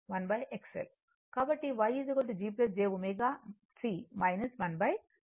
కాబట్టి Y G j ωC 1Lω